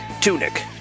Tunic